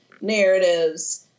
narratives